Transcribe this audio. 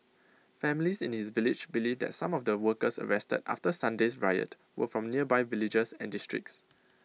families in his village believe that some of the workers arrested after Sunday's riot were from nearby villages and districts